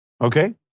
okay